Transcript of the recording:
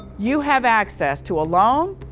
you have access to a loan,